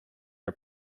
are